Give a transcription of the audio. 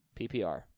PPR